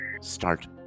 start